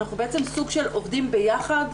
אנחנו בעצם סוג של עובדים ביחד,